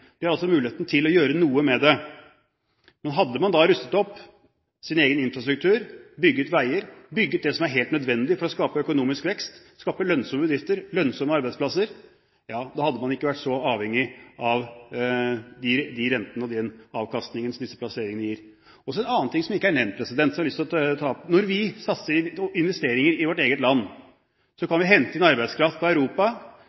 Vi har altså muligheten til å gjøre noe med det. Hadde man da rustet opp sin egen infrastruktur, bygget veier, bygget det som er helt nødvendig for å skape økonomisk vekst, skape lønnsomme bedrifter, lønnsomme arbeidsplasser, hadde man ikke vært så avhengig av de rentene og den avkastningen som disse plasseringene gir. Så en annen ting som ikke er nevnt, og som jeg har lyst til å ta opp. Hvis vi satser på investeringer i vårt eget land,